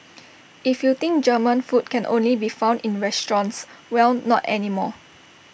if you think German food can only be found in restaurants well not anymore